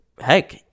heck